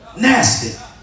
nasty